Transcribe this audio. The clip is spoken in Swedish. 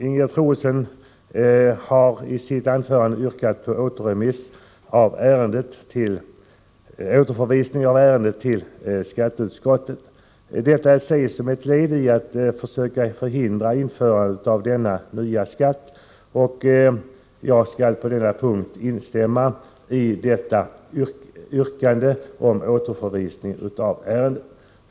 Ingegerd Troedsson har i sitt anförande yrkat på återförvisning av ärendet till skatteutskottet. Detta ser jag som ett led i försöken att förhindra införandet av denna nya skatt, och jag vill på denna punkt instämma i yrkandet om återförvisning av ärendet.